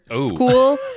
school